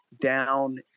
down